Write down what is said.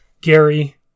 Gary